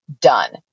done